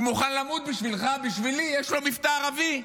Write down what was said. הוא מוכן למות בשבילך, בשבילי, יש לו מבטא ערבי.